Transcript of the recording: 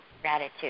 Gratitude